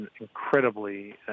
incredibly